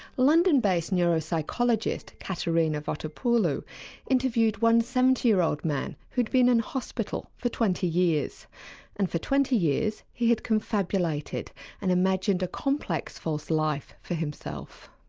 london-based neuropsychologist katerina fotopoulou interviewed one seventy year old man who'd been in hospital for twenty years and for twenty years he had confabulated and imagined a complex false life for himself.